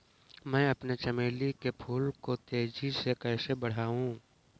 मैं अपने चमेली के फूल को तेजी से कैसे बढाऊं?